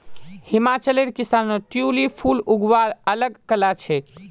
हिमाचलेर किसानत ट्यूलिप फूल उगव्वार अल ग कला छेक